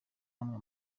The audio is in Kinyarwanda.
hamwe